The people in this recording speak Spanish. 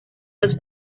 los